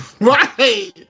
Right